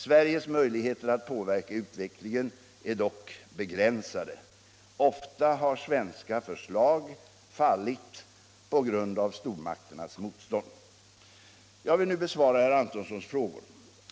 Sveriges möjligheter att påverka utvecklingen är dock begränsade. Ofta har svenska förslag fallit på grund av stormakternas motstånd. Jag vill nu besvara herr Antonssons frågor.